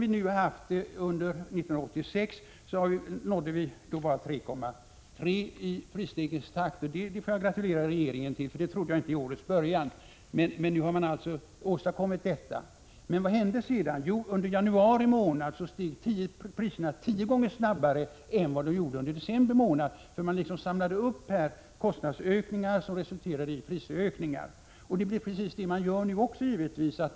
Under 1986 hade vi en prisstegringstakt på bara 3,3 26. Det får jag gratulera regeringen till, för det trodde jag inte vid årets början. Men vad hände sedan? I januari 1987 steg priserna tio gånger snabbare än under december 1986, för man samlade upp kostnadsökningar som resulterade i prisökningar. Samma sak gör man givetvis nu.